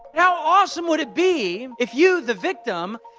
how awesome would it be if you, the victim,